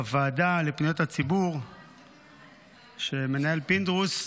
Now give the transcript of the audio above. בוועדה לפניות הציבור שמנהל פינדרוס,